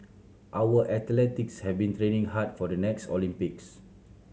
our athletes have been training hard for the next Olympics